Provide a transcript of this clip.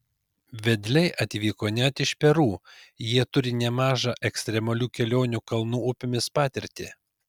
vedliai atvyko net iš peru jie turi nemažą ekstremalių kelionių kalnų upėmis patirtį